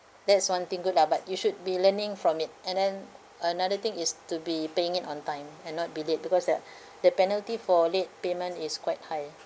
that's one thing good lah but you should be learning from it and then another thing is to be paying it on time and not be late because there are penalty for late payment is quite high